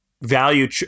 value